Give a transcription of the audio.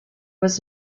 was